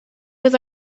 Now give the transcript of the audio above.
was